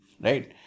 right